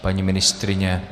Paní ministryně?